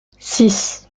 six